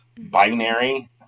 binary